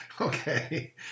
Okay